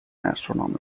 astronomy